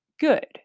good